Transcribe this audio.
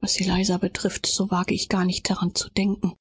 was elisa betrifft so wage ich nicht an sie zu denken